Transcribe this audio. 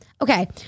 okay